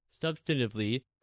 substantively